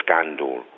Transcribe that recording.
scandal